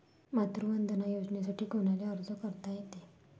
मातृवंदना योजनेसाठी कोनाले अर्ज करता येते?